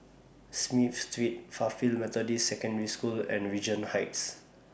Smith Street Fairfield Methodist Secondary School and Regent Heights